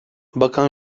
bakan